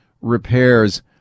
repairs